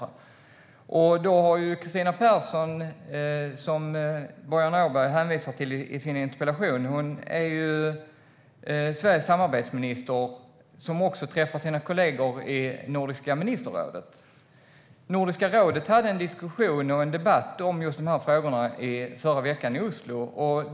Sveriges samarbetsminister Kristina Persson, som Boriana Åberg hänvisar till i sin interpellation, träffar också sina kollegor i Nordiska ministerrådet. Nordiska rådet hade diskussion och debatt om de här frågorna förra veckan i Oslo.